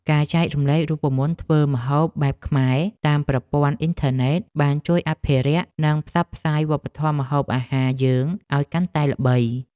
ការចែករំលែករូបមន្តធ្វើម្ហូបបែបខ្មែរតាមប្រព័ន្ធអ៊ីនធឺណិតបានជួយអភិរក្ស និងផ្សព្វផ្សាយវប្បធម៌ម្ហូបអាហារយើងឱ្យកាន់តែល្បី។